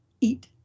eat